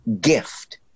gift